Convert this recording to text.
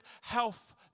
health